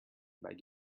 but